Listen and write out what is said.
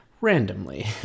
Randomly